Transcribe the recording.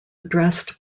addressed